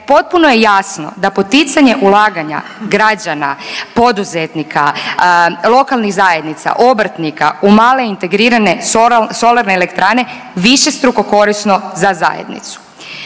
potpuno je jasno da poticanje ulaganja građana, poduzetnika, lokalnih zajednica, obrtnika u male integrirane solarne elektrane višestruko korisno za zajednicu.